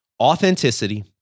authenticity